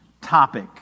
topic